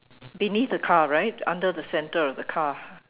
beneath the car right under the center of the car